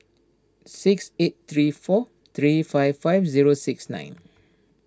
six eight three four three five five zero six nine